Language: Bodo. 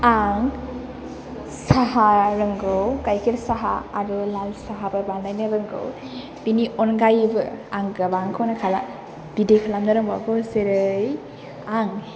आं साहा रोंगौ गाइखेर साहा आरो लाल साहाबो बानायनो रोंगौ बेनि अनगायैबो आं गोबांखौनो खाला बिदि खालामनो रोंबावगौ जेरै आं